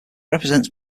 represents